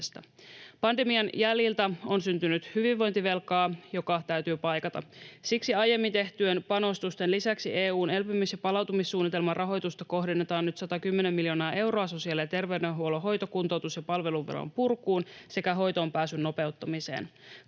Pandemian jäljiltä on syntynyt hyvinvointivelkaa, joka täytyy paikata. Siksi aiemmin tehtyjen panostusten lisäksi EU:n elpymis- ja palautumissuunnitelman rahoitusta kohdennetaan nyt 110 miljoonaa euroa sosiaali- ja terveydenhuollon hoito-, kuntoutus- ja palveluvelan purkuun sekä hoitoonpääsyn nopeuttamiseen.